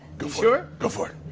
go for go for it.